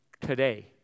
today